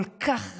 כל כך רחב,